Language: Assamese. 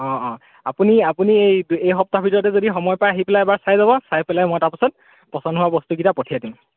অঁ অঁ আপুনি আপুনি এই এই সপ্তাহৰ ভিতৰতে যদি সময় পায় আহি পেলাই এবাৰ চাই যাব চাই পেলাই মই তাৰপাছত পচন্দ হোৱা বস্তুকেইটা পঠিয়াই দিম